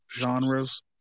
genres